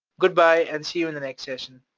goodbye and see you in the next session.